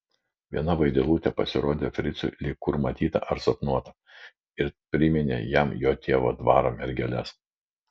viena vaidilutė pasirodė fricui lyg kur matyta ar sapnuota ir priminė jam jo tėvo dvaro mergeles